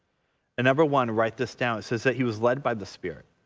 and number one, write this down it says that he was led by the spirit.